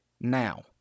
now